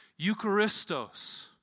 Eucharistos